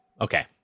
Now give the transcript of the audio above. Okay